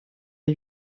der